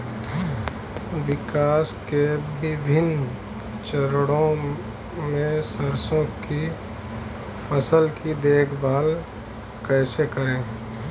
विकास के विभिन्न चरणों में सरसों की फसल की देखभाल कैसे करें?